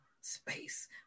space